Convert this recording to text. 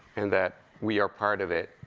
and that we are part of it,